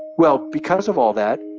well, because of all that,